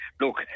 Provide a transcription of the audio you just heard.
look